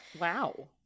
Wow